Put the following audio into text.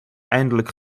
eindelijk